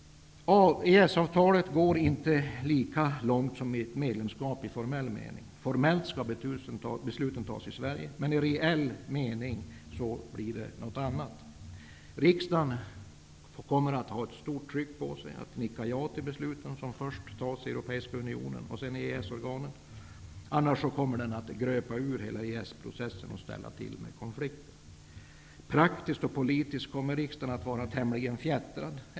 EES-avtalet går inte lika långt som ett medlemskap i formell mening. Formellt skall besluten fattas i Sverige. Men i reell mening blir det något annat. Riksdagen kommer att ha ett stort tryck på sig att nicka ja till besluten som först antas i Europeiska unionen och sedan i EES-organen, annars kommer den att gröpa ur hela EES-processen och ställa till med konflikter. Praktiskt och politiskt kommer riksdagen att vara tämligen fjättrad.